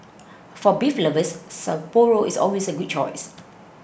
for beer lovers Sapporo is always a good choice